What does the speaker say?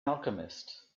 alchemist